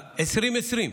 2020,